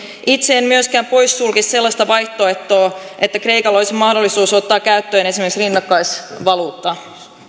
itse en myöskään poissulkisi sellaista vaihtoehtoa että kreikalla olisi mahdollisuus ottaa käyttöön esimerkiksi rinnakkaisvaluutta